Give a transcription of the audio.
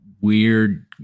weird